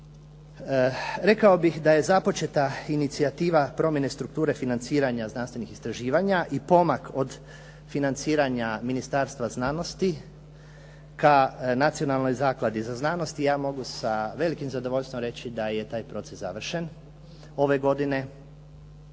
Rekao bih da je započeta inicijativa promjene strukture financiranja znanstvenih istraživanja i pomak od financiranja Ministarstva znanosti ka Nacionalnoj zakladi za znanost i ja mogu sa velikim zadovoljstvom reći da je taj proces završen ove godine